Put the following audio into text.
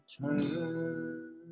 turn